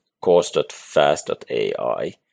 course.fast.ai